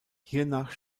hiernach